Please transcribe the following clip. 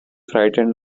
frightened